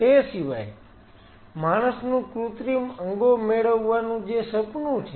તે સિવાય માણસનું કૃત્રિમ અંગો મેળવવાનું જે સપનું છે